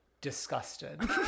disgusted